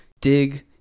dig